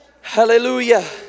Hallelujah